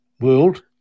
world